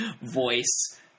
voice